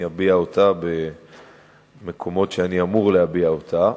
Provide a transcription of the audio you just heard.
ואביע אותה במקומות שאני אמור להביע אותה,